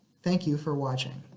thank you for watching.